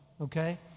okay